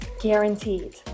Guaranteed